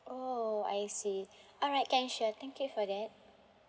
oh I see alright can sure thank you for that